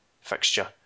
fixture